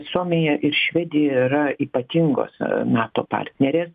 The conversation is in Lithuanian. suomija ir švedija yra ypatingos nato partnerės